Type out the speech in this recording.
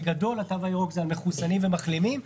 בגדול התו הירוק זה על מחוסנים ומחלימים,